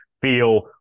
feel